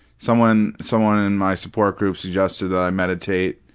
someone someone in my support group suggested that i meditate,